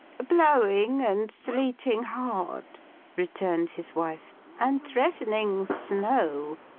blowing and sleeting hard returned his wife and threatening snow.